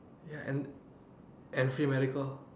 ya and and free medical